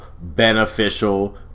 beneficial